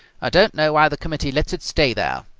i don't know why the committee lets it stay there,